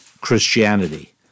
Christianity